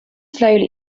slowly